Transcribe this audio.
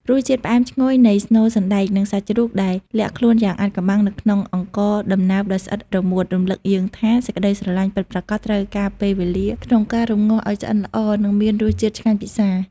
រសជាតិផ្អែមឈ្ងុយនៃស្នូលសណ្ដែក និងសាច់ជ្រូកដែលលាក់ខ្លួនយ៉ាងអាថ៌កំបាំងនៅក្នុងអង្ករដំណើបដ៏ស្អិតរមួត រំលឹកយើងថា សេចក្ដីស្រឡាញ់ពិតប្រាកដត្រូវការពេលវេលាក្នុងការរម្ងាស់ឱ្យឆ្អិនល្អ និងមានរសជាតិឆ្ងាញ់ពិសា។